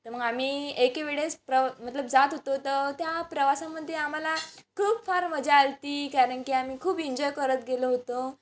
तर मग आम्ही एक वेळेस प्रव मतलब जात होतो तर त्या प्रवासामध्ये आम्हाला खूप फार मजा आलती कारणकी आम्ही खूप इन्जॉय करत गेलो होतो